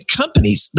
companies